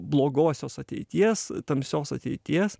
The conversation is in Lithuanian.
blogosios ateities tamsios ateities